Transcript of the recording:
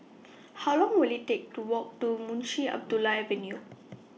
How Long Will IT Take to Walk to Munshi Abdullah Avenue